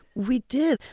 we did.